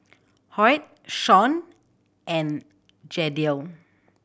Hoyt Shawn and Jadiel